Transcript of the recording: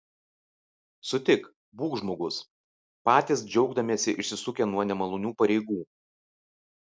sutik būk žmogus patys džiaugdamiesi išsisukę nuo nemalonių pareigų